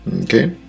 Okay